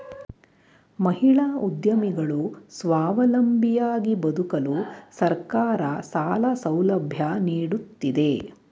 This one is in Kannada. ಮಹಿಳಾ ಉದ್ಯಮಿಗಳು ಸ್ವಾವಲಂಬಿಯಾಗಿ ಬದುಕಲು ಸರ್ಕಾರ ಸಾಲ ಸೌಲಭ್ಯ ನೀಡುತ್ತಿದೆ